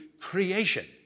creation